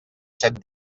set